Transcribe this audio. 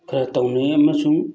ꯈꯔ ꯇꯧꯅꯩ ꯑꯃꯁꯨꯡ